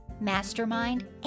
mastermind